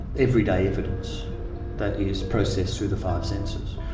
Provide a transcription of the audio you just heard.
everyday evidence that is processed through the five senses.